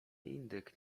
indyk